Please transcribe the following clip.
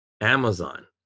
amazon